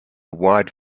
wide